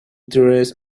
dress